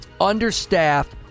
understaffed